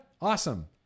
Awesome